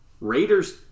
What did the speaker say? Raiders